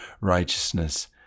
righteousness